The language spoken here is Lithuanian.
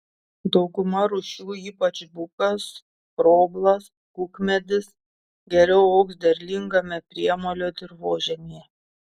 dauguma rūšių ypač bukas skroblas kukmedis geriau augs derlingame priemolio dirvožemyje